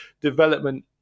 development